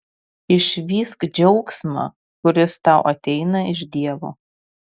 išvysk džiaugsmą kuris tau ateina iš dievo